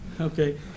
Okay